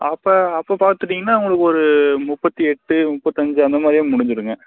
அப்போ அப்போ பார்த்துட்டிங்கனா உங்களுக்கு ஒரு முப்பத்தி எட்டு முப்பத்தி அஞ்சு அந்த மாதிரியே முடிஞ்சிடுங்க